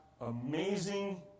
amazing